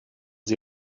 sie